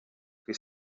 kuri